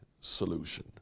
solution